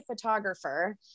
photographer